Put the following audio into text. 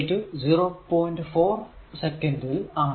4 second ൽ ആണ്